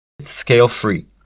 scale-free